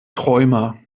träumer